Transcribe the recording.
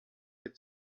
had